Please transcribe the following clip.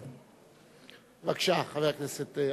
בבקשה, חבר הכנסת.